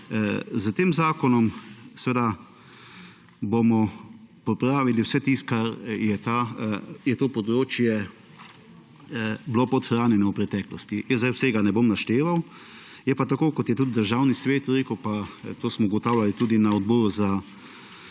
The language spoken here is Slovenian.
S tem zakonom, seveda, bomo popravili vse tisto ker je to področje bilo podhranjeno v preteklosti. Jaz sedaj vsega ne bom našteval. Je pa tako, kot je tudi Državni svet rekel, pa to smo ugotavljali tudi na resornem